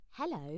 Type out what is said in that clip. Hello